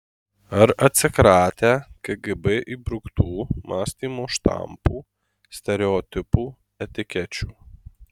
ar atsikratę kgb įbruktų mąstymo štampų stereotipų etikečių